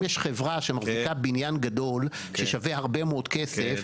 אם יש חברה שמחזיקה בניין גדול ששווה הרבה מאוד כסף.